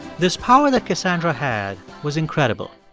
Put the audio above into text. this power that cassandra had was incredible